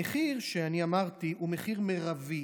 המחיר שאמרתי הוא מחיר מרבי,